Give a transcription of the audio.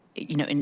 you know, and